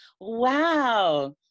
Wow